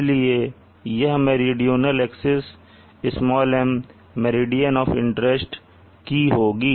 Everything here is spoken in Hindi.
इसलिए यह meridional axis "m" meridian of interest की होगी